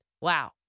Wow